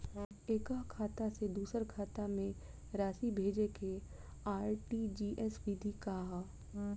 एकह खाता से दूसर खाता में राशि भेजेके आर.टी.जी.एस विधि का ह?